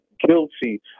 guilty